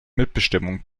mitbestimmung